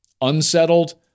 unsettled